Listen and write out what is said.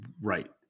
Right